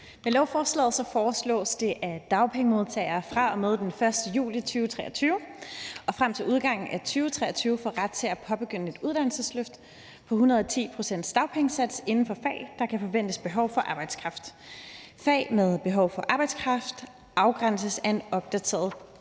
Med lovforslaget foreslås det, at dagpengemodtagere fra og med den 1. juli 2023 og frem til udgangen af 2023 får ret til at påbegynde et uddannelsesløft på 110 pct.s dagpengesats inden for fag, hvor der kan forventes behov for arbejdskraft; fag med behov for arbejdskraft afgrænses af en opdateret